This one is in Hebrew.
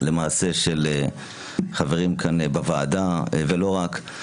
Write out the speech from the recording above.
למעשה של חברים כאן בוועדה, ולא רק.